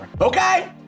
Okay